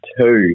two